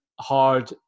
hard